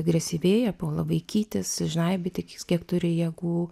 agresyvėja puola vaikytis žnaibyti kiek turi jėgų